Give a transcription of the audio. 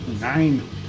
Nine